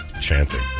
chanting